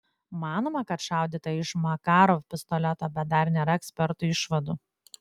manoma kad šaudyta iš makarov pistoleto bet dar nėra ekspertų išvadų